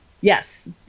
Yes